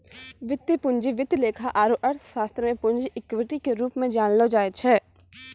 वित्तीय पूंजी वित्त लेखा आरू अर्थशास्त्र मे पूंजी इक्विटी के रूप मे जानलो जाय छै